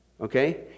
Okay